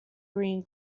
green